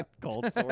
cold